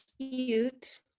cute